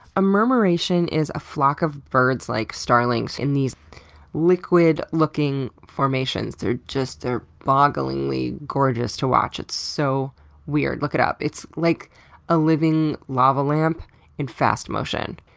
a murmuration is a flock of birds, like starlings, in these liquid-looking formations just ah bogglingly gorgeous to watch. it's so weird. look it up. it's like a living lava lamp in fast motion.